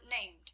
named